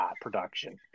production